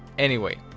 anyway.